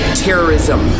terrorism